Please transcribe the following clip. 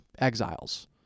exiles